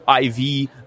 iv